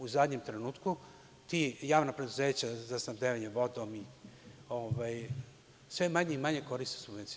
U zadnjem trenutku javno preduzeće za snabdevanje vodom sve manje i manje koristi subvencije.